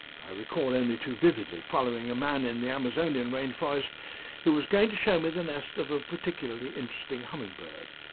i recall only too vividly following a man in the amazonian rainforest who was going to show me the nest of a particularly interesting hummingbird.